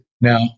Now